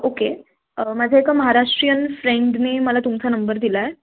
okay माझं एक महाराष्ट्रीयन फ्रेंडने मला तुमचा नंबर दिला आहे